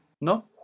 No